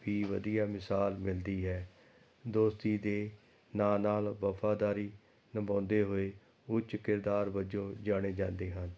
ਵੀ ਵਧੀਆ ਮਿਸਾਲ ਮਿਲਦੀ ਹੈ ਦੋਸਤੀ ਦੇ ਨਾਲ ਨਾਲ ਵਫਾਦਾਰੀ ਨਿਭਾਉਂਦੇ ਹੋਏ ਉੱਚ ਕਿਰਦਾਰ ਵਜੋਂ ਜਾਣੇ ਜਾਂਦੇ ਹਨ